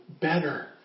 better